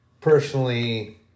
personally